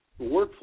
workflow